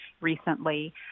recently